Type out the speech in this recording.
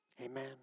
Amen